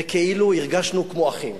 וכאילו הרגשנו כמו אחים,